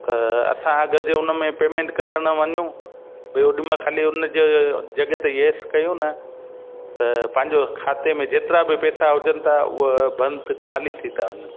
त असां अगरि जंहिं उन में पेमेंट करणु वञू भई ओॾीमहिल ख़ाली उन जे जॻहि ते येस कयूं न त पंहिंजो खाते में जेतिरा बि पैसा हुजनि था उहा बंदि ख़ाली थी ता वञनि